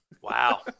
Wow